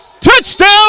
Touchdown